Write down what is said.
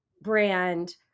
brand